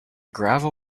gravel